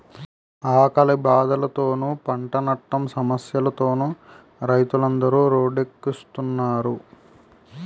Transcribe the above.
ఆకలి బాధలతోనూ, పంటనట్టం సమస్యలతోనూ రైతులందరు రోడ్డెక్కుస్తున్నారు